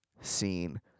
scene